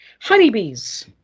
Honeybees